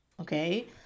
okay